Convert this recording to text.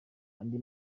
andi